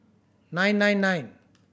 nine nine nine